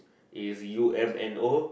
is u_m_n_o